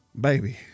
baby